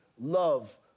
love